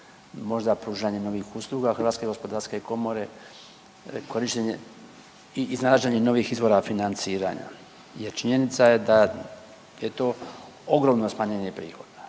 možda pružanje novih usluga HGK, korištenje i iznalaženje novih izvora financiranja jer činjenica je da je to ogromno smanjenje prihoda.